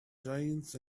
jeans